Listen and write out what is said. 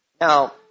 Now